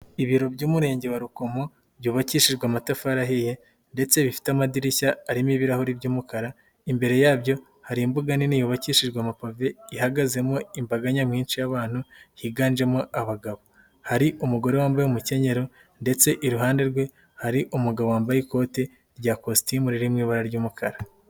Ibiro by'Umurenge wa Rukomo byubakishijwe amatafari ahiye ndetse bifite amadirishya arimo ibirahuri by'umukara. Imbere yabyo hari imbuga nini yubakishijwe amapave, ihagazemo imbaga nyamwinshi y'abantu. Higanjemo abagabo, hari umugore wambaye umukenyero ndetse iruhande rwe hari umugabo wambaye ikoti rya kositimu riri mu ibara ry'umukara.